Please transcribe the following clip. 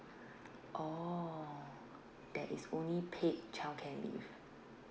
oh there is only paid childcare leave